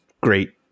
great